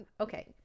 Okay